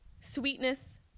sweetness